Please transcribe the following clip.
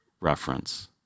reference